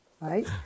right